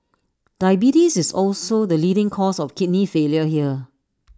diabetes is also the leading cause of kidney failure here